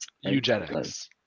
Eugenics